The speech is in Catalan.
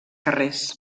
carrers